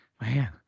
man